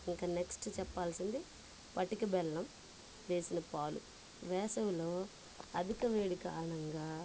ఇంక నెక్స్ట్ చెప్పాల్సింది పటిక బెల్లం వేసిన పాలు వేసవిలో అధిక వేడి కారణంగా